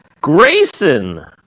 Grayson